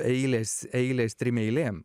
eilės eilės trim eilėm